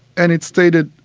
and it stated,